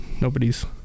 nobody's